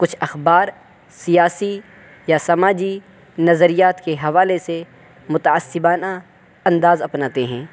کچھ اخبار سیاسی یا سماجی نظریات کے حوالے سے متعصبانہ انداز اپناتے ہیں